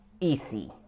easy